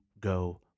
go